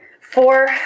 four